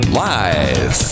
live